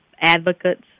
advocates